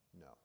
No